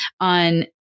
on